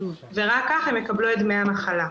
רק כך הם יקבלו דמי מחלה.